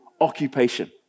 occupation